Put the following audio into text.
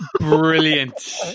Brilliant